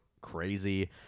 crazy